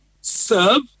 serve